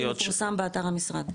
יש נוהל שמפורסם באתר המשרד.